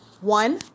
one